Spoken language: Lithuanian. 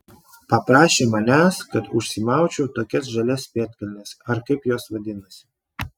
paprašė manęs kad užsimaučiau tokias žalias pėdkelnes ar kaip jos vadinasi